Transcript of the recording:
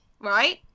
right